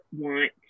want